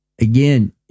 again